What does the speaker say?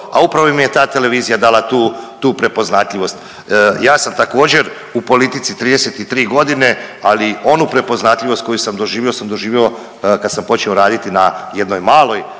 a upravo im je ta televizija dala tu, tu prepoznatljivost. Ja sam također u politici 33.g., ali onu prepoznatljivost koju sam doživio sam doživio kad sam počeo raditi na jednoj maloj